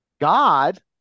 God